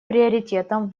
приоритетом